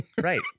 Right